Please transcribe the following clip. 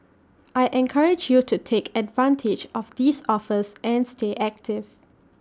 I encourage you to take advantage of these offers and stay active